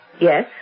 yes